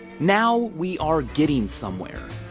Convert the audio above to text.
now we are getting somewhere.